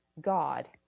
God